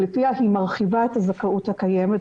לפיהן היא מרחיבה את הזכאות הקיימת,